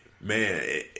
Man